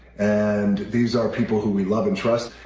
and these are people who we love and trust.